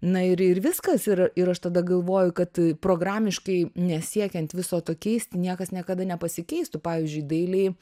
na ir ir viskas ir ir aš tada galvoju kad programiškai nesiekiant viso to keisti niekas niekada nepasikeistų pavyzdžiui dailiai